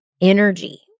energy